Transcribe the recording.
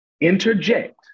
interject